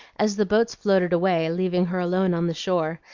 as the boats floated away, leaving her alone on the shore,